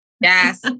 Yes